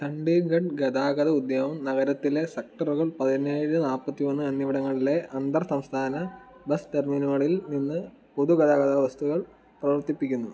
ചണ്ഡീഗഡ് ഗതാഗത ഉദ്യമം നഗരത്തിലെ സെക്ടറുകൾ പതിനേഴ് നാല്പത്തിമൂന്ന് എന്നിവിടങ്ങളിലെ അന്തർ സംസ്ഥാന ബസ് ടെർമിനലുകളിൽ നിന്ന് പൊതു ഗതാഗത ബസുകൾ പ്രവർത്തിപ്പിക്കുന്നു